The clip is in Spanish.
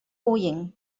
huyen